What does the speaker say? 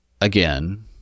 again